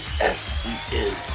s-e-n